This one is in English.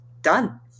done